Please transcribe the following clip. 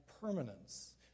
permanence